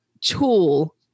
tool